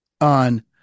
on